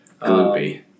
Gloopy